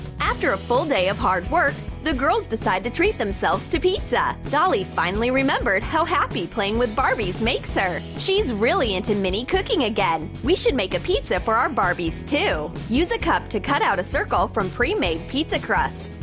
after a full day of hard work, the girls decide to treat themselves to pizza! dolly finally remembered how happy playing with barbies makes her she's really into mini-cooking again! we should make a pizza for our barbies, too! use a cup to cut out a circle from pre-made pizza crust.